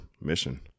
mission